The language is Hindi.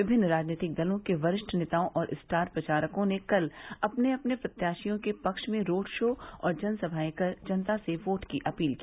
विभिन्न राजनैतिक दलों के वरिष्ठ नेताओं और स्टार प्रचारकों ने कल अपने अपने प्रत्याशियों के पक्ष में रोड शो और जनसमाएं कर जनता से वोट अपील की